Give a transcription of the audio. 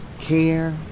care